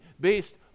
based